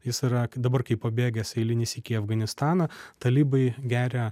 jis yra dabar kaip pabėgęs eilinis iki afganistaną talibai geria